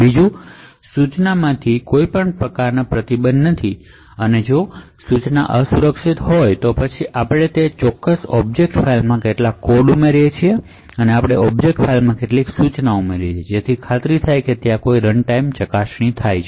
બીજું કોઈપણ ઇન્સટ્રકશનશ પ્રતિબંધિત નથી જો ઇન્સટ્રકશન અસુરક્ષિત છે તો પછી આપણે તે ઑબ્જેક્ટ ફાઇલમાં કેટલાક કોડ ઉમેરીએ છીએ અથવા આપણે તે ઑબ્જેક્ટ ફાઇલમાં કેટલીક ઇન્સટ્રકશનશ ઉમેરીએ છીએ જે ખાતરી કરશે કે ત્યાં કોઈ રનટાઇમ ચેક છે